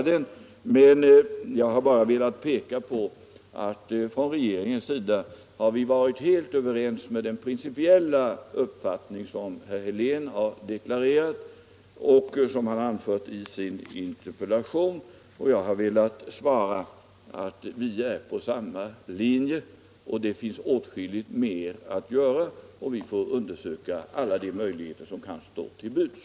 Jag har bara velat peka på att vi i regeringen helt ansluter oss till den principiella uppfattning som herr Helén här har deklarerat och som han har angivit i sin interpellation. Herr talman! Jag har alltså här velat förklara att vi är på samma linje i detta fall och att det finns åtskilligt mer att göra samt att vi får undersöka alla de möjligheter som här kan stå till buds.